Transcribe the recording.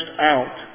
out